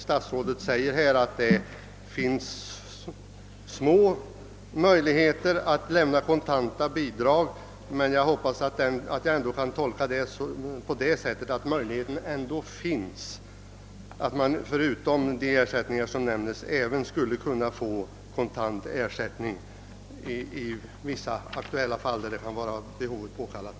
Statsrådet framhåller att möjligheterna att få kontanta bidrag är små, men jag hoppas att jag får tolka det så, att möjlighet ändå finns att, förutom de ersättningar som nämns, även kunna utbetala kontantersättning i vissa särskilda fall där det kan vara av behovet påkallat.